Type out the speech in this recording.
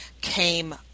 came